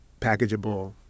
packageable